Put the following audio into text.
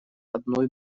одной